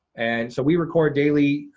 and so we record daily,